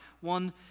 One